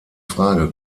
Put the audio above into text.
frage